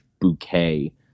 bouquet